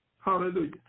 Hallelujah